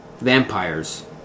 vampires